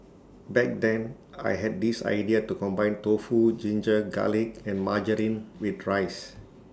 back then I had this idea to combine tofu ginger garlic and margarine with rice